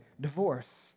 divorce